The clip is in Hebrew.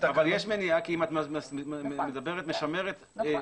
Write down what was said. אבל יש מניעה כי אם את משמרת --- נכון,